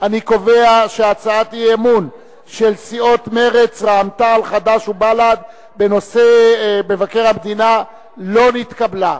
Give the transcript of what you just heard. הצעת סיעות מרצ רע"ם-תע"ל חד"ש בל"ד להביע אי-אמון בממשלה לא נתקבלה.